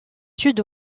sud